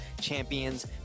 champions